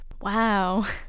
Wow